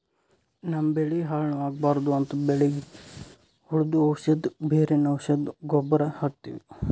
ನಮ್ಮ್ ಬೆಳಿ ಹಾಳ್ ಆಗ್ಬಾರ್ದು ಅಂತ್ ಬೆಳಿಗ್ ಹುಳ್ದು ಔಷಧ್, ಬೇರಿನ್ ಔಷಧ್, ಗೊಬ್ಬರ್ ಹಾಕ್ತಿವಿ